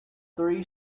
three